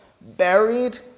buried